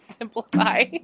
simplify